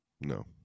No